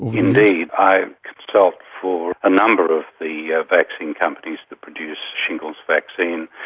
indeed, i consult for a number of the ah vaccine companies that produce shingles vaccine,